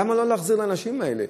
למה לא להחזיר לאנשים האלה?